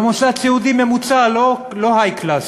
במוסד סיעוד ממוצע, לא high class.